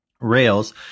rails